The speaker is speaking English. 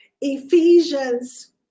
Ephesians